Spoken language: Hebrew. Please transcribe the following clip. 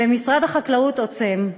ומשרד החקלאות עצם עיניים,